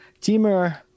timur